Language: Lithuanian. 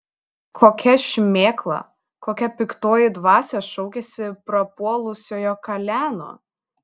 kokia šmėkla kokia piktoji dvasia šaukiasi prapuolusiojo kaleno